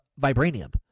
vibranium